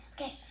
okay